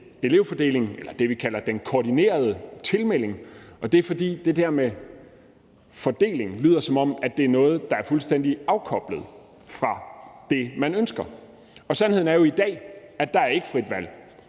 elevfordeling – eller til det, vi kalder den koordinerede tilmelding. Det er, fordi det der med fordeling lyder, som om det er noget, der er fuldstændig afkoblet fra det, man ønsker. Og sandheden er i dag, at der ikke er frit valg